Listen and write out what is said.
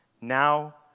now